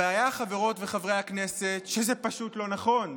הבעיה, חברות וחברי הכנסת, שזה פשוט לא נכון.